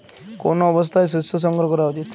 কোন অবস্থায় শস্য সংগ্রহ করা উচিৎ?